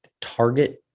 target